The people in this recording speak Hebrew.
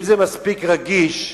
אם זה מספיק רגיש,